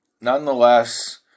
Nonetheless